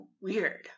weird